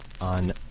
on